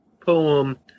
poem